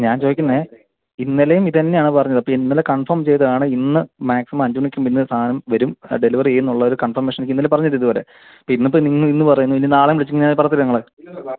ഞാൻ ചോദിക്കുന്നത് ഇന്നലെയും ഇതുതന്നെ ആണ് പറഞ്ഞത് അപ്പോൾ ഇന്നലെ കൺഫോം ചെയ്തത് ആണ് ഇന്ന് മാക്സിമം അഞ്ചുമണിക്ക് മുൻപ് ഇന്ന് സാധനം വരും അത് ഡെലിവർ ചെയ്യും എന്നുള്ള ഒരു കൺഫോർമേഷൻ എനിക്ക് ഇന്നലെ പറഞ്ഞിരുന്നു ഇതുവരെ ഇപ്പോൾ ഇന്ന് ഇപ്പോൾ നിങ്ങൾ ഇന്ന് പറയുന്നു ഇനി നാളെയും വിളിച്ച് പറയത്തില്ലേ നിങ്ങൾ